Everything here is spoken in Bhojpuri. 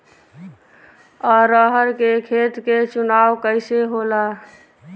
अरहर के खेत के चुनाव कइसे होला?